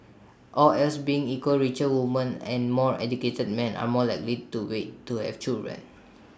all else being equal richer woman and more educated men are more likely to wait to have children